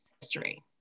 history